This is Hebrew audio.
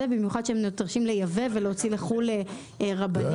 במיוחד כשהם צריכים להוציא לחו"ל רבנים.